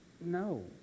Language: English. no